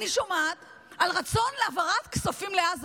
אני שומעת על רצון להעביר כספים לעזה.